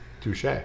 Touche